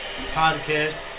podcast